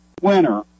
Winner